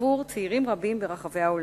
עבור צעירים רבים ברחבי העולם.